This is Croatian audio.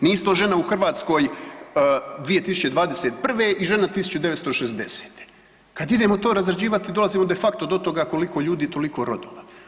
Nisu to žene u Hrvatskoj 2021. i žena 1960., kad idemo to razrađivati dolazimo de facto do toga koliko ljudi toliko rodova.